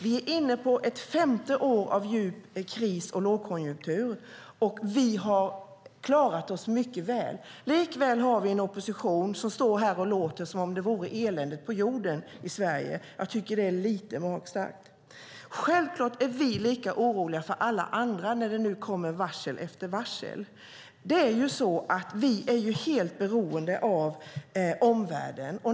Vi är inne på ett femte år av kris och djup lågkonjunktur, och vi har klarat oss mycket väl. Likväl har vi en opposition som står här och låter som om det vore eländet på jorden i Sverige. Jag tycker att det är lite magstarkt. Självfallet är vi lika oroliga för alla andra när det nu kommer varsel efter varsel. Vi är helt beroende av omvärlden.